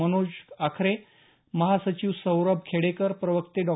मनोज आखरे महासचिव सौरभ खेडेकर प्रवक्ते डॉ